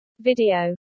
Video